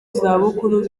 zabukuru